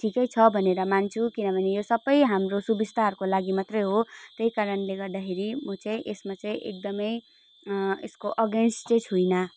ठिकै छ भनेर मान्छु किनभने यो सबै हाम्रो सुबिस्ताहरूको लागि मात्रै हो त्यही कारणले गर्दाखेरि म चाहिँ यसमा चाहिँ एकदमै यसको अगेन्स्ट चाहिँ छुइनँ